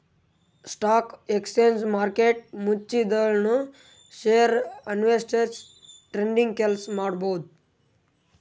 stock exchange market ಮುಚ್ಚಿದ್ಮ್ಯಾಲ್ ನು share investors trading ಕೆಲ್ಸ ಮಾಡಬಹುದ್